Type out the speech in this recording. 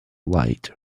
light